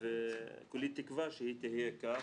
וכולי תקווה שהיא תהיה כך,